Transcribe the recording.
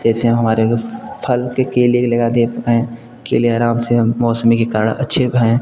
जैसे हमारे फल के केले के लगाते हैं केले अराम से मौसम कारण अच्छे उग आए हैं